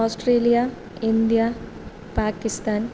Australia India Pakistan